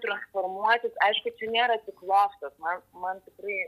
transformuotis aišku čia nėra tik loftas man man tikrai